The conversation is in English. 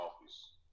office